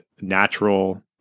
natural